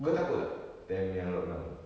kau takut tak time yang lockdown